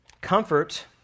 Comfort